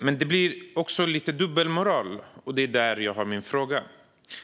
Men det blir också lite dubbelmoral, och det är det som min fråga gäller.